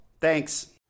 Thanks